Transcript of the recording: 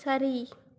சரி